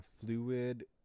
fluid